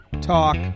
talk